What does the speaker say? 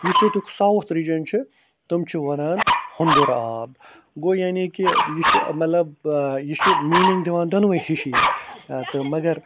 یُس ییٚتُک south region چھُ تِم چھِ وَنان ہۄنٛدُر آب گوٚو یعنی کہِ یہِ چھِ مطلب یہِ چھُ میٖنِنٛگ دِوان دونوَے ہِشی تہٕ مگر